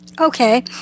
Okay